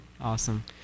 Awesome